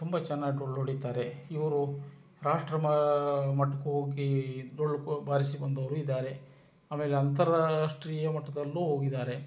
ತುಂಬ ಚೆನ್ನಾಗಿ ಡೊಳ್ಳು ಹೊಡೀತಾರೆ ಇವರು ರಾಷ್ಟ್ರ ಮಟ್ಕೆ ಹೋಗಿ ಡೊಳ್ಳು ಬಾರಿಸಿ ಬಂದವರೂ ಇದ್ದಾರೆ ಆಮೇಲೆ ಅಂತಾರಾಷ್ಟ್ರೀಯ ಮಟ್ಟದಲ್ಲೂ ಹೋಗಿದ್ದಾರೆ